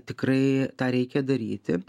tikrai tą reikia daryti